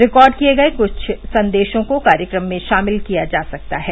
record किए गए कुछ संदेशों को कार्यक्रम में शामिल किया जा सकता है